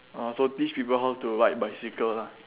orh so teach people how to ride bicycle lah